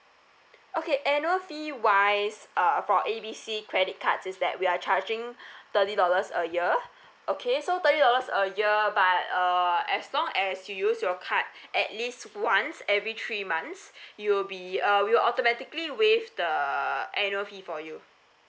okay annual fee wise uh for A B C credit card is that we are charging thirty dollars a year okay so thirty dollars a year but uh as long as you use your card at least once every three months you will be uh we will automatically waive the annual fee for you